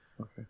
Okay